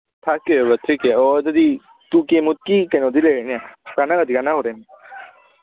five K ꯑꯣꯏꯕ three K ꯑꯣ ꯑꯗꯨꯗꯤ ꯇꯨ ꯀꯦꯃꯨꯛꯇꯤ ꯀꯩꯅꯣꯗꯤ ꯂꯩꯔꯦꯅꯦ ꯀꯥꯟꯅꯕꯗꯤ ꯀꯥꯟꯅꯒꯗꯣꯏꯅꯦ